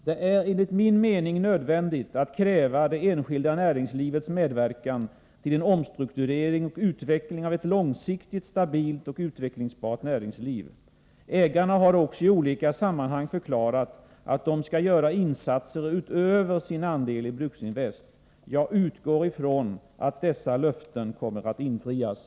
Det är enligt min mening nödvändigt att kräva det enskilda näringslivets medverkan till en omstrukturering och utveckling av ett långsiktigt, stabilt och utvecklingsbart näringsliv. Ägarna har också i olika sammanhang förklarat att de skall göra insatser utöver sin andel i Bruksinvest. Jag utgår ifrån att dessa löften kommer att infrias.